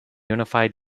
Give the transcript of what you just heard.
unified